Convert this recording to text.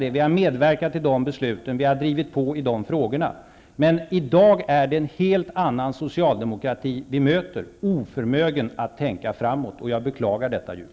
Vi folkpartister medverkade till dessa beslut och vi drev på i dessa frågor. Men i dag möter vi en helt annan socialdemokrati, oförmögen att tänka framåt. Det beklagar jag djupt.